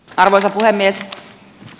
arvoisa puhemies